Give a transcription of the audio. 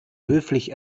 höflich